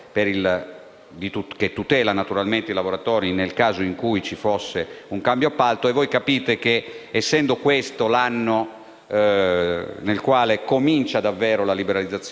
che tutela naturalmente i lavoratori nel caso in cui vi fosse un cambio di appalto e voi capite che, essendo questo l'anno in cui comincia davvero la liberalizzazione del